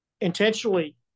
intentionally